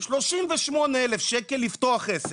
38 אלף שקל לפתוח עסק,